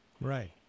right